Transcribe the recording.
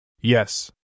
Yes